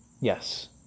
Yes